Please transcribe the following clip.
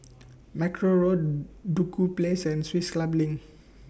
Mackerrow Road Duku Place and Swiss Club LINK